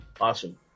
Awesome